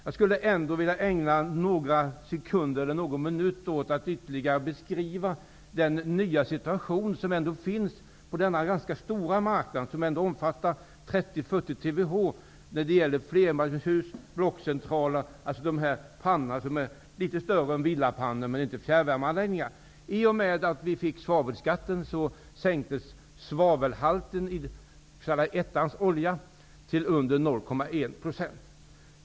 Jag skulle ändå vilja ägna någon minut åt att ytterligare beskriva den nya situation som finns på denna ganska stora marknad, som omfattar 30--40 TWh när det gäller flerfamiljshus och blockcentraler med pannor, som är litet större än villapannor men som inte är anslutna till fjärrvärmeanläggningar.